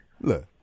look